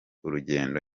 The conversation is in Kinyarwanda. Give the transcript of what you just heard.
urugendo